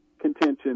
contention